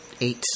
eight